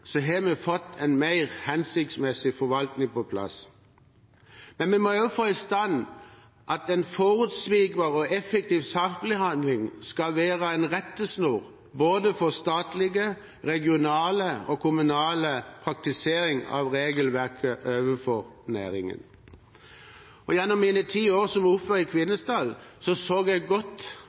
har vi fått en mer hensiktsmessig forvaltning på plass. Vi må få i stand at en forutsigbar og effektiv saksbehandling skal være en rettesnor for både statlig, regional og kommunal praktisering av regelverket overfor næringen. Gjennom mine ti år som ordfører i Kvinesdal så jeg godt